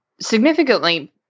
significantly